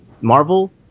Marvel